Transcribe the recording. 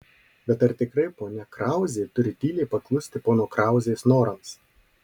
bet ar tikrai ponia krauzė turi tyliai paklusti pono krauzės norams